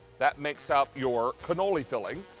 that makes out your cannoli filling.